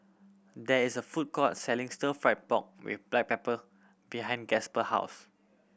there is a food court selling Stir Fried Pork With Black Pepper behind Gasper house